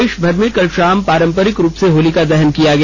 देशभर में कल शाम पारंपरिक रूप से होलिका दहन किया गया